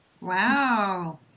Wow